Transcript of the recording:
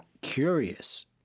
curious